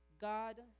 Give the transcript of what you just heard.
God